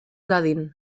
dadin